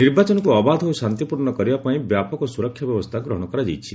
ନିର୍ବାଚନକୁ ଅବାଧ ଓ ଶାନ୍ତିପୂର୍ଣ୍ଣ କରିବା ପାଇଁ ବ୍ୟାପକ ସୁରକ୍ଷା ବ୍ୟବସ୍ଥା ଗ୍ରହଣ କରାଯାଇଛି